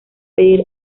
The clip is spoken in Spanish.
pedir